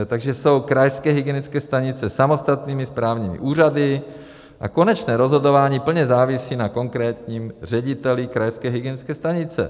Takže jsou krajské hygienické stanice samostatnými správními úřady a konečné rozhodování plně závisí na konkrétním řediteli krajské hygienické stanice.